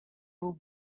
был